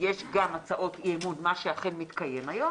יש גם הצעות אי-אמון מה שאכן מתקיים היום